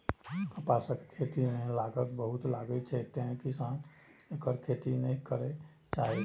कपासक खेती मे लागत बहुत लागै छै, तें किसान एकर खेती नै करय चाहै छै